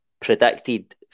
predicted